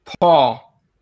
Paul